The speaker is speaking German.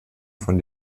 von